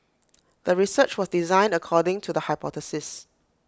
the research was designed according to the hypothesis